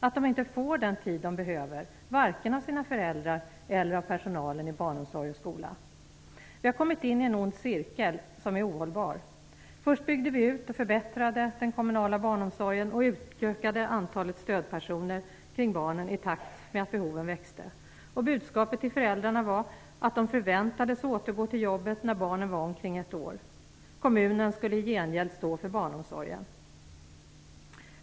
De får inte den tid de behöver, varken av sina föräldrar eller av personalen i barnomsorg och skola. Vi har kommit in i en ond cirkel som är ohållbar. Först byggde vi ut och förbättrade den kommunala barnomsorgen och utökade antalet stödpersoner kring barnen i takt med att behoven växte. Budskapet till föräldrarna var att de förväntades återgå till jobbet när barnen var omkring ett år. Kommunen skulle i gengäld stå för barnomsorgen.